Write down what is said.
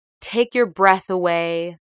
take-your-breath-away